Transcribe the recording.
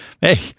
hey